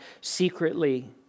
secretly